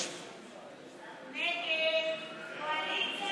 5. ההסתייגות (5) של קבוצת סיעת